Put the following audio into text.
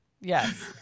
Yes